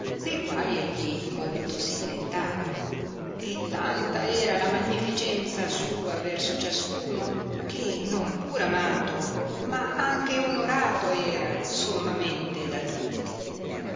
de quai egli molto si dilettava e tanta era la magnificenza sua verso ciascuno che non pur amato ma anche onorato era sommamente da tutti